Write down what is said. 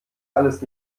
alles